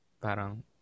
parang